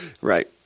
Right